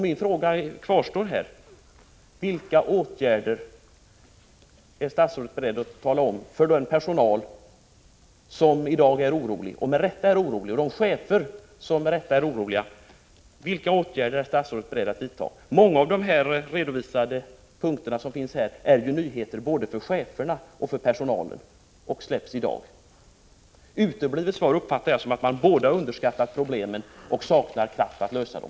Min fråga kvarstår: Vilka åtgärder är statsrådet beredd att redovisa för den personal och för de chefer som med rätta är oroliga? Många av de punkter som återfinns i svaret meddelas först i dag och är nyheter både för cheferna och för personalen. Skulle jag inte få något svar uppfattar jag det så, att man både har underskattat problemen och saknar kraft att lösa dem.